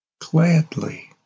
gladly